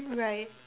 right